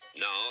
Now